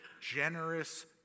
generous